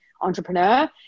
entrepreneur